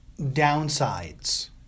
downsides